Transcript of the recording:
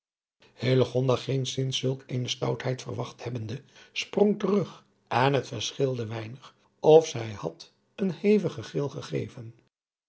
geenszins zulk eene stoutheid verwacht hebbende sprong terug en het verschilde weinig of zij had een hevigen gil gegeven